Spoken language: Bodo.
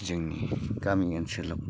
जोंनि गामि ओनसोलाव